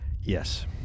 Yes